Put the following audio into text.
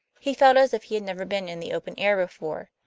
he felt as if he had never been in the open air before.